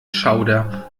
schauder